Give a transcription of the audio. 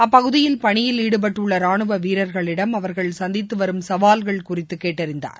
அப்பகுதியில் பணியில் ஈடுபட்டுள்ள ரானுவ வீரர்களிடம் அவர்கள் சந்தித்து வரும் சவால்கள் குறித்து கேட்டறிந்தார்